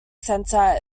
centre